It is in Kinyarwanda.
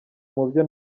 mubyo